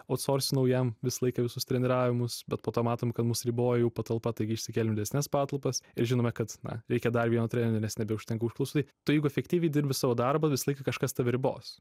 autsorsinau jam visą laiką visus treniravimus bet po to matom kad mus riboja jau patalpa taigi išsikėlėm didesnes patalpas ir žinome kad na reikia dar vieno trenerio nes nebeužtenka užklausų tai jeigu efektyviai dirbi savo darbą visą laiką kažkas tave ribos